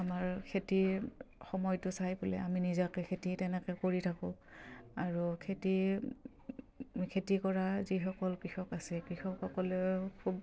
আমাৰ খেতিৰ সময়টো চাই পেলাই আমি নিজাকে খেতি তেনেকে কৰি থাকোঁ আৰু খেতি খেতি কৰা যিসকল কৃষক আছে কৃষকসকলেও খুব